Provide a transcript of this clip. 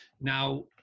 now